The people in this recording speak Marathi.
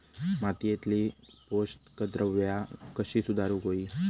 मातीयेतली पोषकद्रव्या कशी सुधारुक होई?